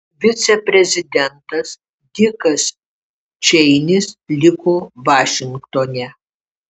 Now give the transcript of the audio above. viceprezidentas dikas čeinis liko vašingtone